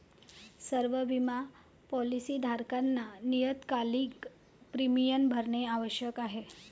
सर्व बिमा पॉलीसी धारकांसाठी नियतकालिक प्रीमियम भरणे आवश्यक आहे